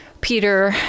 Peter